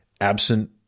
absent